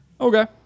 Okay